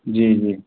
जी जी